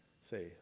say